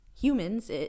humans